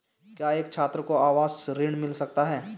क्या एक छात्र को आवास ऋण मिल सकता है?